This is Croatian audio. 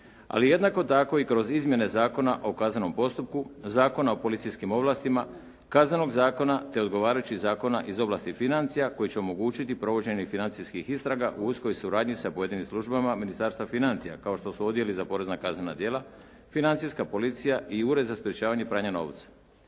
ali jednako tako i kroz izmjene Zakona o kaznenom postupku, Zakona o policijskim ovlastima, Kaznenog zakona te odgovarajućih zakona iz oblasti financija koji će omogućiti provođenje financijskih istraga u uskoj suradnji sa pojedinim službama Ministarstva financija kao što su odjeli za porezna kaznena djela, financijska policija i Ured za sprečavanje pranja novca.